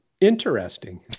Interesting